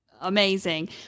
amazing